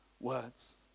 words